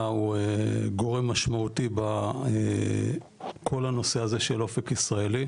הוא גורם משמעותי בכל הנושא הזה של אופק ישראלי.